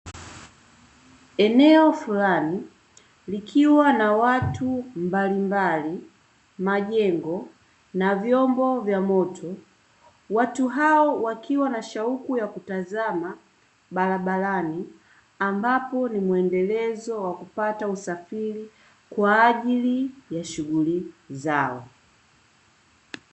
Eneo fulani likwa na watu mbalimbali, majengo na vyombo vya moto. Watu hao wakiwa na shauku ya kutazama barabarani, ambapo ni muendelezo wa kupata usafiri kwa ajili ya shughuli zao.